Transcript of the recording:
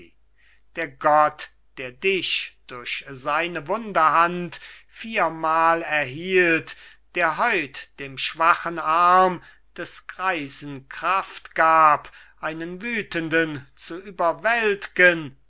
der gott der dich durch seine wunderhand viermal erhielt der heut dem schwachen arm des greisen kraft gab einen wütenden zu